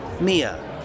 Mia